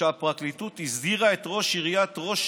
שהפרקליטות הזהירה את ראש עיריית ראש